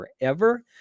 forever